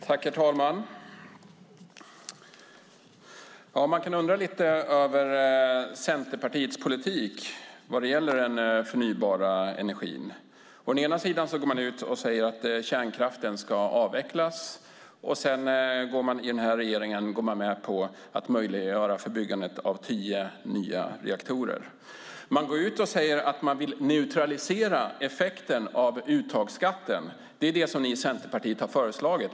Herr talman! Man kan undra lite över Centerpartiets politik vad gäller den förnybara energin. Å ena sidan går man ut och säger att kärnkraften ska avvecklas, å andra sidan går man i den här regeringen med på att möjliggöra byggandet av tio nya reaktorer. Man går ut och säger att man vill neutralisera effekten av uttagsskatten. Det är det som ni i Centerpartiet har föreslagit.